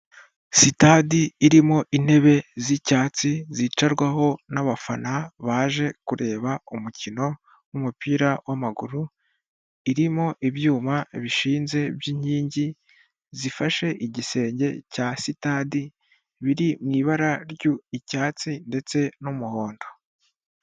Sitade irimo intebe z'icyatsi zicarwaho n'abafana baje kureba umukino w'umupira w'amaguru, irimo ibyuma bishinze by'inkingi zifashe igisenge cya sitade biri mu ibara ry'icyatsi ndetse n'umuhondo.